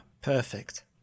perfect